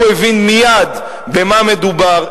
הוא הבין מייד במה מדובר,